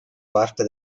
parte